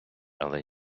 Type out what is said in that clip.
але